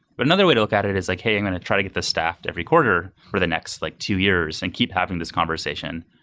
but another way to look at it is like, hey, i'm going to try to get this staffed every quarter for the next like two years and keep having this conversation.